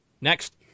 Next